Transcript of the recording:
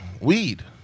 weed